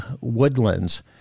Woodlands